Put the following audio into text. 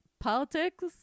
Politics